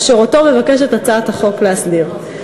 אשר אותו מבקשת הצעת החוק להסדיר.